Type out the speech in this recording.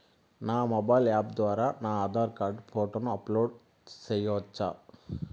నా mobile app ద్వారా నా ఆధార్ కార్డు ఫోటోను అప్లోడ్ సేయొచ్చా?